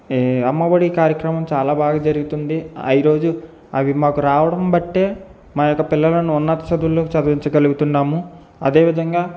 అమ్మ ఒడి కార్యక్రమం చాలా బాగా జరుగుతుంది ఈరోజు అవి మాకు రావడం బట్టే మా యొక్క పిల్లలను ఉన్నత చదువులు చదివించగలుగుతున్నాము అదేవిధంగా